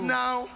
now